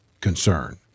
concern